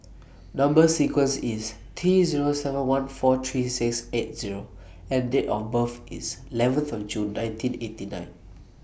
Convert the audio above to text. Number sequence IS T Zero seven one four three six eight O and Date of birth IS eleven five June nineteen eighty nine